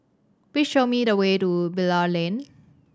please show me the way to Bilal Lane